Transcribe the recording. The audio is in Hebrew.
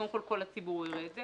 קודם כל כל הציבור יראה את זה,